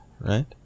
right